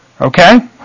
Okay